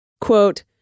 Quote